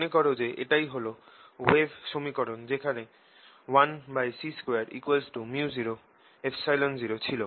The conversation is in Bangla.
মনে কর যে এটাই হল ওয়েভ সমীকরণ যেখানে 1c2 µ00 ছিল